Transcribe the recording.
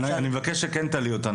אני מבקש שכן תלאי אותנו.